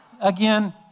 Again